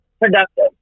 productive